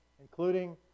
including